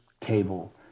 table